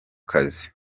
kazi